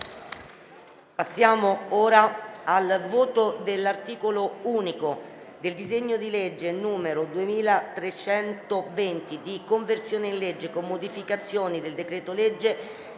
la votazione dell'articolo unico del disegno di legge n. 2320, di conversione in legge, con modificazioni, del decreto-legge